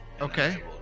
Okay